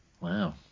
Wow